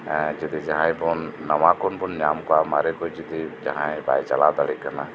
ᱡᱚᱫᱤ ᱡᱟᱦᱟᱸᱭ ᱵᱩᱱ ᱱᱟᱣᱟᱠᱩᱵᱩᱱ ᱧᱟᱢ ᱠᱚᱣᱟ ᱢᱟᱨᱤᱠᱩ ᱡᱟᱦᱟᱸᱭ ᱵᱟᱭ ᱪᱟᱞᱟᱣ ᱫᱟᱲᱮᱜ ᱠᱟᱱᱟ